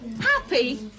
Happy